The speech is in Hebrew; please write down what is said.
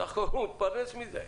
בסך הכול הוא מתפרנס מזה.